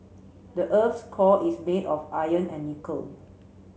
the earth's core is made of iron and nickel